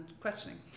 questioning